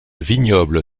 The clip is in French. vignoble